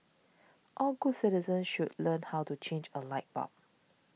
all good citizens should learn how to change a light bulb